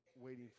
waiting